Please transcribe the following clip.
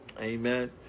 Amen